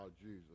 Jesus